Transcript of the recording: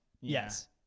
yes